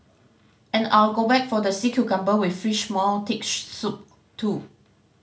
and I'll go back for the sea cucumber with fish maw thick soup too